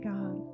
God